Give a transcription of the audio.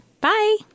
Bye